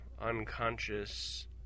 unconscious